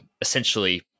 essentially